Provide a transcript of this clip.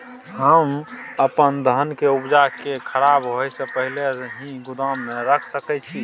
हम अपन धान के उपजा के खराब होय से पहिले ही गोदाम में रख सके छी?